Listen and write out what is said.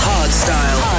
Hardstyle